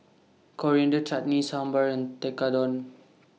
Coriander Chutney Sambar and Tekkadon